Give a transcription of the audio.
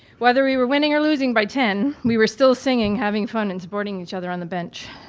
whether we were winning or losing by ten, we were still singing, having fun and supporting each other on the bench.